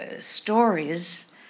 stories